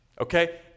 okay